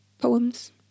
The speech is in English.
poems